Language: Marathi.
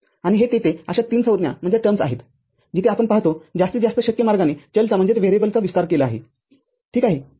आणि हे तेथे अशा तीन संज्ञा आहेत जिथे आपण पाहतो जास्तीत जास्त शक्य मार्गाने चलचाविस्तार केला आहे ठीक आहे